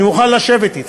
אני מוכן לשבת אתך.